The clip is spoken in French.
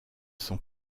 son